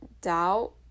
doubt